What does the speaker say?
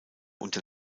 unter